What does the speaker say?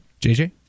JJ